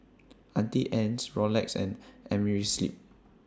Auntie Anne's Rolex and Amerisleep